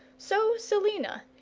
so selina,